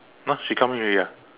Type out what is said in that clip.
!huh! she come in already ah